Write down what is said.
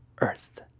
Earth